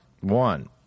One